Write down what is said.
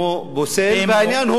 כל הפוסל, במומו פוסל.